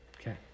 Okay